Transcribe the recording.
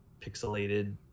pixelated